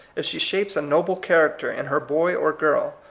if she shapes a noble character in her boy or girl,